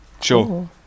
Sure